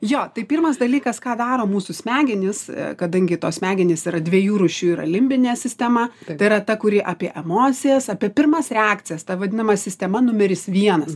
jo tai pirmas dalykas ką daro mūsų smegenys kadangi tos smegenys yra dviejų rūšių yra limbinė sistema tai yra ta kuri apie emocijas apie pirmas reakcijas ta vadinama sistema numeris vienas